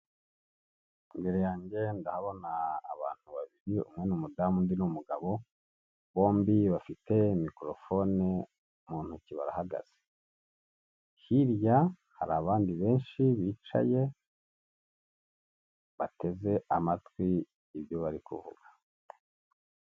Imbere yanjye ndahabona abantu babiri umwe ni umudamu undi n'umugabo bombi bafite mikorofone mu ntoki barahagaze, hirya hari abandi benshi bicaye bateze amatwi ibyo bari kuvuga.